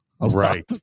Right